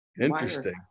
Interesting